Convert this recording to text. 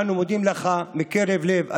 אנו מודים לך מקרב לב,